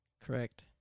Correct